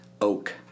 oak